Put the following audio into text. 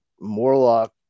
Morlock